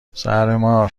زهرمار